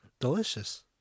delicious